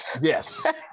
Yes